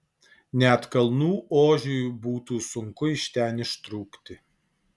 net kalnų ožiui būtų sunku iš ten ištrūkti